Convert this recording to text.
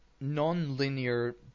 non-linear